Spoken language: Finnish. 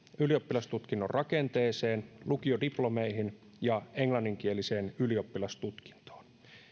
ylioppilastutkinnon rakenteeseen lukiodiplomeihin ja englanninkieliseen ylioppilastutkintoon